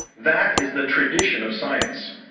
that is the tradition of science.